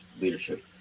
leadership